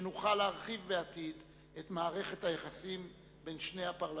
שנוכל להרחיב בעתיד את מערכת היחסים בין שני הפרלמנטים.